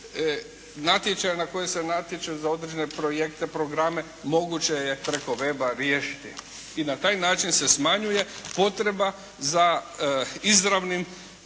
natječaja na koje se natječe za određene projekte, programe, moguće je preko weba riješiti i na taj način se smanjuje potreba za izravnim